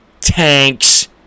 tanks